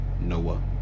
Noah